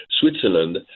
Switzerland